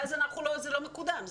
ואז זה לא מקודם.